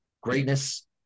greatness